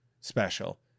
special